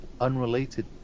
unrelated